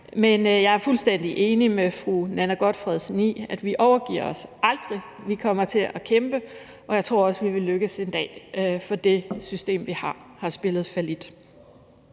men jeg er fuldstændig enig med fru Nanna W. Gotfredsen i, at vi aldrig overgiver os. Vi kommer til at kæmpe, og jeg tror også, at det vil lykkes for os en dag, for det system, vi har, har spillet fallit.